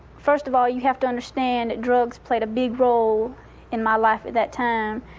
first of all, you have to understand drugs played a big role in my life at that time.